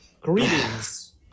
greetings